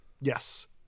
Yes